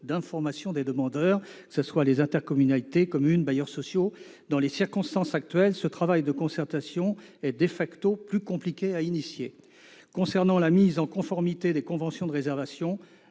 d'information des demandeurs : intercommunalités, communes, bailleurs sociaux. Dans les circonstances actuelles, ce travail de concertation est plus compliqué à initier. Pour ce qui concerne la mise en conformité des conventions de réservation,